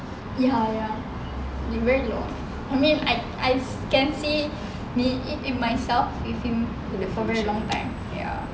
ya ya we very long I mean I I can see me in it myself with him for a very long time ya